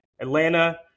Atlanta